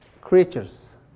creatures